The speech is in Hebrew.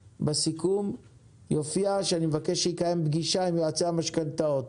בסיכום יופיע שאני מבקש שמנכ"ל השיכון יקיים פגישה עם יועצי המשכנתאות.